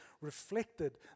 reflected